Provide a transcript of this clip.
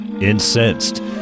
incensed